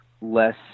less